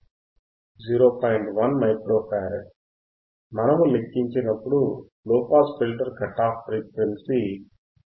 1 micro farad మనము లెక్కించినప్పుడు low pass filter cut off frequency 159